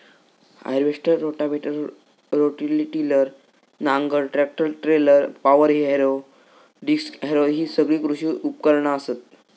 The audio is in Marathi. हार्वेस्टर, रोटावेटर, रोटरी टिलर, नांगर, tractor trailer, power harrow, disc harrow हि सगळी कृषी उपकरणा असत